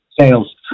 sales